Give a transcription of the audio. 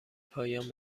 پایان